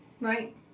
Right